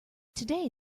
today